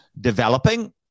developing